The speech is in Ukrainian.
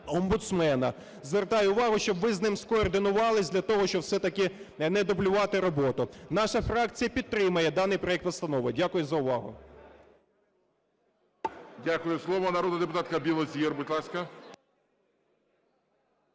бізнес-омбудсмена. Звертаю увагу, щоб ви з ним скоординувались для того, щоб все-таки не дублювати роботу. Наша фракція підтримає даний проект постанови. Дякую за увагу. ГОЛОВУЮЧИЙ. Дякую. Слово – народна депутатка Білозір, будь ласка.